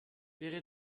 wäre